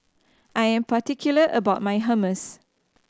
I am particular about my Hummus